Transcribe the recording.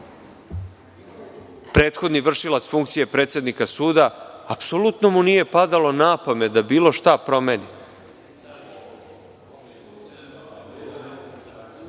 Prethodni vršilac funkcije predsednika suda, apsolutno mu nije padalo na pamet da bilo šta promeni.